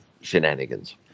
shenanigans